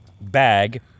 bag